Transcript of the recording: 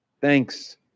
Thanks